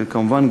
וכמובן,